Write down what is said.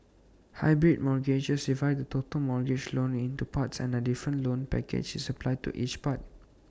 hybrid mortgages divides the total mortgage loan into parts and A different loan package is applied to each part